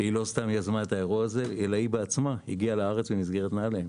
שלא סתם יזמה את האירוע הזה אלא היא בעצמה הגיעה לארץ במסגרת נעל"ה.